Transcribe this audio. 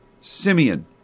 Simeon